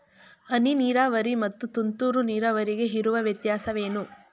ಹನಿ ನೀರಾವರಿ ಮತ್ತು ತುಂತುರು ನೀರಾವರಿಗೆ ಇರುವ ವ್ಯತ್ಯಾಸವೇನು?